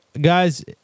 guys